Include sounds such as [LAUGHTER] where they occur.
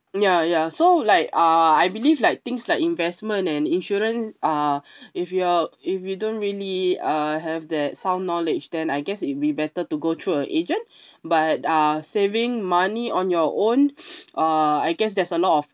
ya ya so like uh I believe like things like investment and insurance uh [BREATH] if you're if you don't really uh have that sound knowledge then I guess it'll be better to go through a agent [BREATH] but uh saving money on your own [NOISE] uh I guess there's a lot of